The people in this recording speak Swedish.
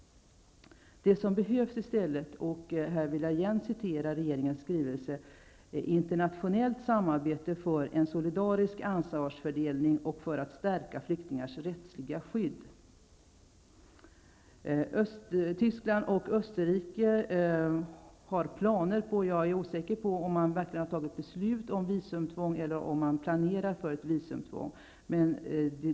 Det som i stället behövs, och här citerar jag återigen från regeringens skrivelse, är ''internationellt samarbete för en solidarisk ansvarsfördelning och för att stärka flyktingars rättsliga skydd''. Tyskland och Österrike har planer på ett visumtvång. Jag är osäker på om man verkligen har fattat beslut om visumtvång eller om man planerar för ett sådant.